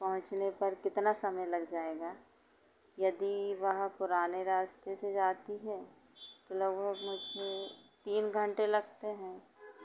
पहुँचने पर कितना समय लग जाएगा यदि वह पुराने रास्ते से जाती है तो लगभग मुझे तीन घंटे लगते हैं